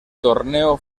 torneo